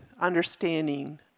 understanding